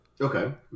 okay